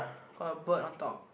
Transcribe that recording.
got a bird on top